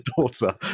daughter